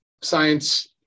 science